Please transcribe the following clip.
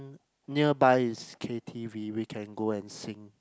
nearby it's K_t_v we can go and sing